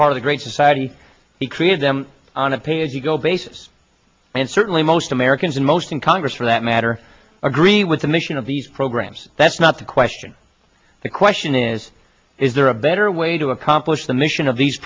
part of the great society he created them on a pay as you go basis and certainly most americans and most in congress for that matter agree with the mission of these programs that's not the question the question is is there a better way to accomplish the mission of these